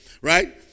right